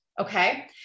Okay